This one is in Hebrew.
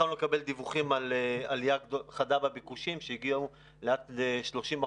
התחלנו לקבל דיווחים על עלייה חדה בביקושים שהגיעו ל-30%.